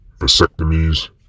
vasectomies